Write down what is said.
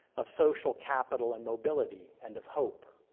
of social capital and mobility, and of hope.